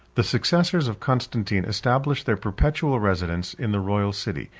the successors of constantine established their perpetual residence in the royal city,